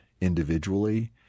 individually